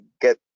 get